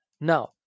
Now